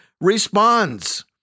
responds